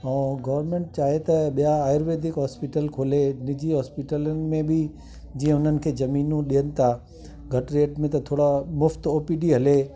ऐं गवरमेंट चाहे त ॿिया आयुर्वेदिक हॉस्पिटल खोले निजी हॉस्पिटलनि में बि जीअं हुननि खे ज़मीनू ॾियनि था घटि रेट में त थोरा मुफ़्त ओपीडी हले